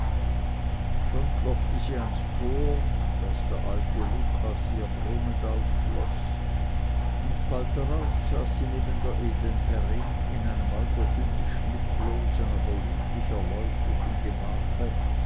schon klopfte sie ans tor das der alte lucas ihr brummend aufschloß und bald darauf saß sie neben der edeln herrin in einem altertümlich schmucklosen aber lieblich erleuchteten gemache